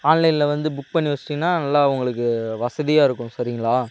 ஆன்லைனில் வந்து புக் பண்ணி வெச்சிட்டிங்கனா நல்லா உங்களுக்கு வசதியாக இருக்கும் சரிங்களா